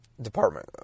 department